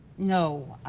no, ah,